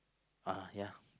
uh ya